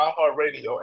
iHeartRadio